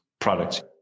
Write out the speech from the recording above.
products